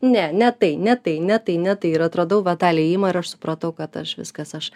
ne ne tai ne tai ne tai ne tai ir atradau va tą liejimą ir aš supratau kad aš viskas aš